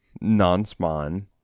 Non-spawn